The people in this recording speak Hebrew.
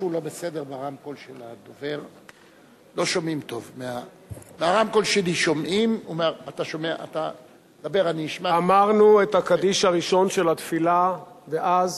כך